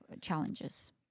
challenges